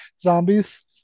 zombies